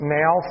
now